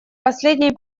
последней